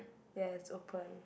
ya it's opened